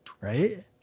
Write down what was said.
right